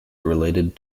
related